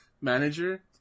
manager